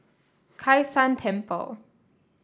Kai San Temple